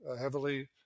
heavily